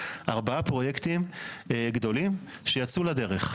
ארבעה פרויקטים גדולים שיצאו לדרך,